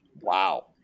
Wow